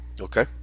okay